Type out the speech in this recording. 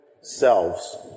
selves